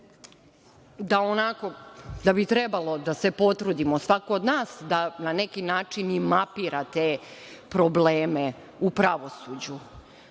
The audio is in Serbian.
da bi trebalo da se potrudimo, svako od nas, da na neki način i mapira probleme u pravosuđu,